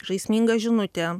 žaisminga žinutė